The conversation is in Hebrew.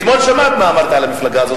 אתמול שמעת מה אמרתי על המפלגה הזאת,